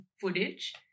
footage